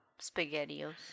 Spaghettios